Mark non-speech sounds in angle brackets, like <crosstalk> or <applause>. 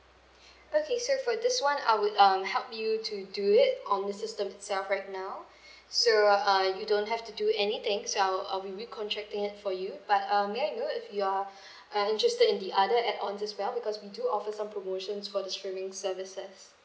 <breath> okay so for this [one] I would um help you to do it on the system itself right now <breath> so uh you don't have to do anything so I'll I'll be recontracting it for you but uh may I know if you are <breath> uh interested in the other add ons as well because we do offer some promotions for the streaming services